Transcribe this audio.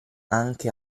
anche